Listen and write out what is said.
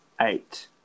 eight